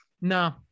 no